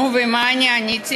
נו, ומה אני עניתי?